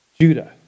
Judah